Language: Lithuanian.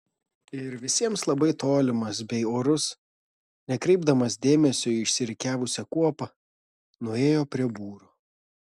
ir visiems labai tolimas bei orus nekreipdamas dėmesio į išsirikiavusią kuopą nuėjo prie būro